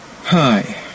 Hi